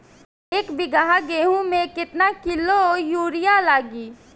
एक बीगहा गेहूं में केतना किलो युरिया लागी?